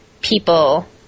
people